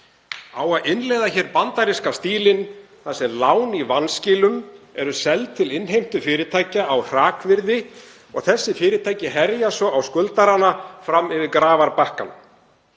Á að innleiða hér bandaríska stílinn þar sem lán í vanskilum eru seld til innheimtufyrirtækja á hrakvirði og þessi fyrirtæki herja á skuldarana fram á grafarbakkann?